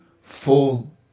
full